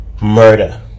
murder